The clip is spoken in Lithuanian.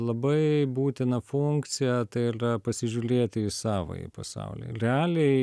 labai būtiną funkciją tai ylia pasižiūlėti į savąjį pasaulį ir realiai